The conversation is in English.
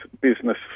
business